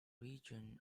region